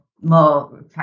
more